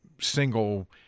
single